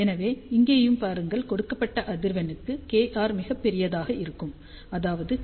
எனவே இங்கேயும் பாருங்கள் கொடுக்கப்பட்ட அதிர்வெண் க்கு kr மிகப் பெரியதாக இருக்கும் அதாவது k2πλ